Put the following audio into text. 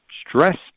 stress